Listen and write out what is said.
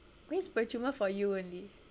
percuma is for you only